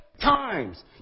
Times